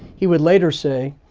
he would later say,